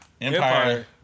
Empire